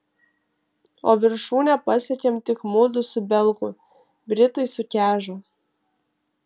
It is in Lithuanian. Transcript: o viršūnę pasiekėm tik mudu su belgu britai sukežo